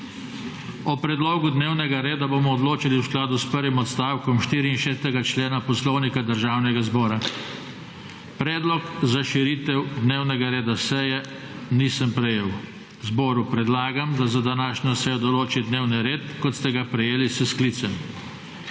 O predlogu dnevnega reda bomo odločali v skladu s prvim odstavkom 64. člena Poslovnika Državnega zbora. Predlog za širitev dnevnega reda seje nisem prejel. Zboru predlagam, da za današnjo sejo določi dnevni red, kot ste ga prejeli s sklicem.